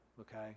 okay